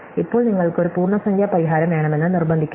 ഇപ്പോൾ നിങ്ങൾക്ക് ഒരു പൂർണ്ണസംഖ്യ പരിഹാരം വേണമെന്ന് നിർബന്ധിക്കരുത്